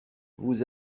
vous